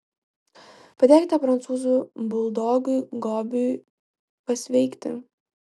padėkite prancūzų buldogui gobiui pasveikti